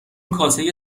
کاسه